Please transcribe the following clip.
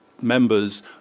members